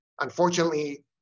Unfortunately